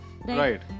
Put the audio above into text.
Right